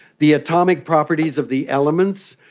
the atomic properties of the elements,